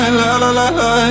la-la-la-la